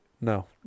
no